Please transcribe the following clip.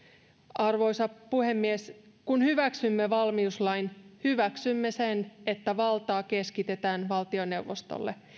arvoisa puhemies kun hyväksymme valmiuslain hyväksymme sen että valtaa keskitetään valtioneuvostolle